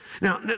Now